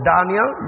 Daniel